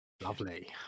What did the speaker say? lovely